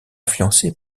influencé